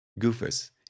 Goofus